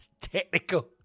technical